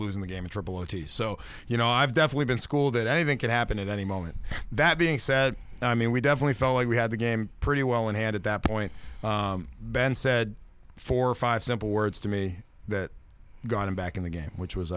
losing the game a triple a t so you know i've definitely been schooled that anything could happen at any moment that being said i mean we definitely felt like we had the game pretty well in hand at that point ben said four five simple words to me that got him back in the game which